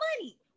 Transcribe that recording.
money